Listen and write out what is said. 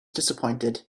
disappointed